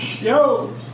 Yo